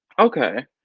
okay,